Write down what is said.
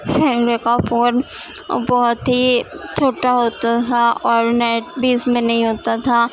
پہلے کا فون بہت ہی چھوٹا ہوتا تھا اور نیٹ بھی اس میں نہیں ہوتا تھا